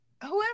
whoever